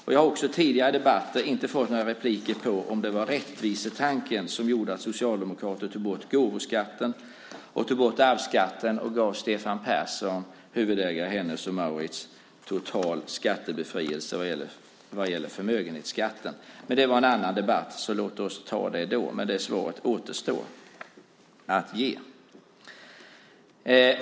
Jag har inte heller i tidigare debatter fått några svar på frågan om det var rättvisetanken som gjorde att socialdemokrater tog bort gåvoskatten och tog bort arvsskatten och gav Stefan Persson, huvudägare i Hennes & Mauritz, total skattebefrielse vad gäller förmögenhetsskatten. Men det var en annan debatt. Låt oss ta det en annan gång, men det svaret återstår att ge.